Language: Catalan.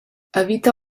habita